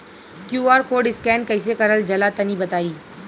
QR code scan कैसे क़रल जला तनि बताई?